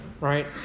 right